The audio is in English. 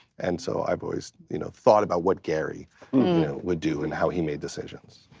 and so, i've always you know thought about what garry would do and how he made decisions.